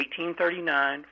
1839